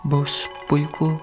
bus puiku